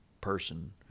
person